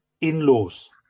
in-laws